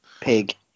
pig